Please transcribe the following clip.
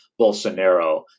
Bolsonaro